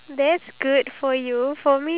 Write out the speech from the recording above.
sorry